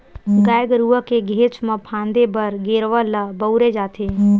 गाय गरुवा के घेंच म फांदे बर गेरवा ल बउरे जाथे